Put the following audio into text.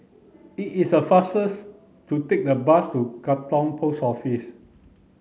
it is a faster's to take the bus to Katong Post Office